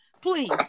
Please